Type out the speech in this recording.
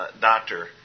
doctor